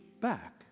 back